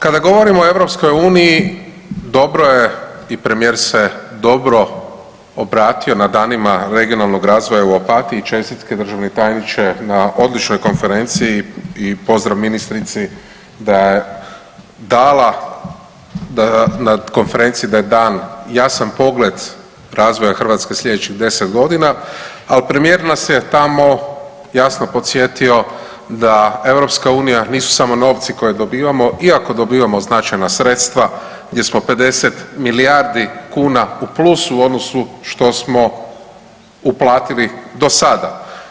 Kada govorimo o EU dobro je i premijer se dobro obratio na Danima regionalnog razvoja u Opatiji, čestitke državni tajniče na odličnoj konferenciji i pozdrav ministrici da je dala, na konferenciji da je dan jasan pogled razvoja Hrvatske u sljedećih 10 godina a premijer nas je tamo jasno podsjetio da EU nisu samo novci koje dobivamo, iako dobivamo značajna sredstva gdje smo 50 milijardi kuna u plusu u odnosu što smo uplatili do sada.